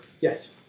Yes